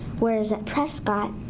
whereas at prescott,